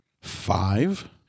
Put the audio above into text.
five